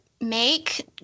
make